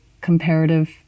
comparative